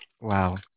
wow